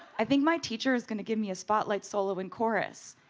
i think my teacher is going to give me a spotlight solo in chorus.